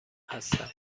هستم